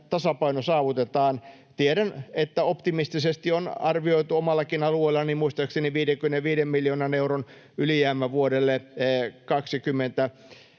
Tiedän, että optimistisesti on arvioitu omallakin alueellani muistaakseni 55 miljoonan euron ylijäämä vuodelle 25,